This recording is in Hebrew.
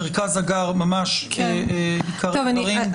מרכז הגר, בבקשה, עיקרי הדברים.